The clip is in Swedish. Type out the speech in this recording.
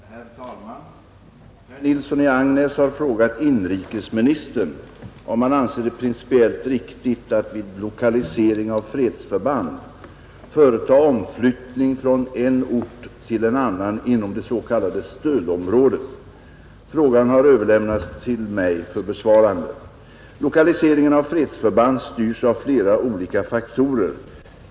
Herr talman! Herr Nilsson i Agnäs har frågat inrikesministern om han anser det principiellt riktigt att vid lokalisering av fredsförband företa omflyttning från en ort till en annan inom det s.k. stödområdet. Frågan har överlämnats till mig för besvarande. Lokaliseringen av fredsförband styrs av flera olika faktorer.